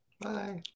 Bye